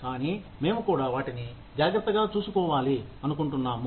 కానీ మేము కూడా వాటిని జాగ్రత్తగా చూసుకోవాలి అనుకుంటున్నాము